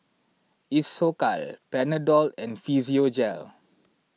Isocal Panadol and Physiogel